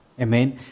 Amen